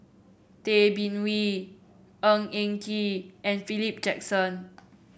Tay Bin Wee Ng Eng Kee and Philip Jackson